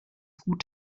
gute